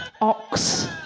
Ox